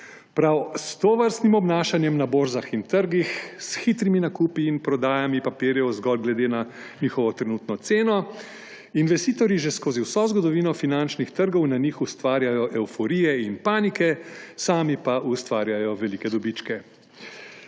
Prav s tovrstnim obnašanjem na borzah in trgih, s hitrimi nakupi in prodajami papirjev zgolj glede na njihovo trenutno ceno investitorji že skozi vso zgodovino finančnih trgov na njih ustvarjajo evforije in panike, sami pa ustvarjajo velike dobičke.